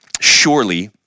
surely